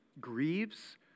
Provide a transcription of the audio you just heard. grieves